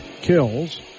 kills